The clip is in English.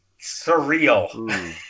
surreal